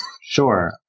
Sure